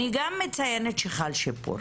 אני גם מציינת שחל שיפור.